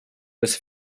was